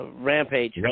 Rampage